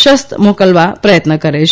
શસ્ત્રો મોકલવા પ્રયત્ન કરે છે